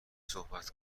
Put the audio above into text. صحبت